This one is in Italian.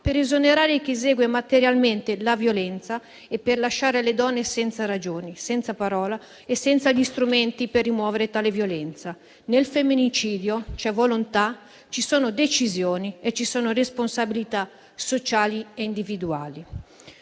per esonerare chi esegue materialmente la violenza e per lasciare le donne senza ragioni, senza parola e senza gli strumenti per rimuovere tale violenza. Nel femminicidio c'è volontà, ci sono decisioni e ci sono responsabilità sociali e individuali.